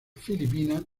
filipina